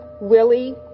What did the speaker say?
Willie